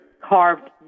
carved